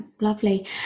lovely